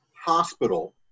hospital